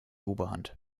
oberhand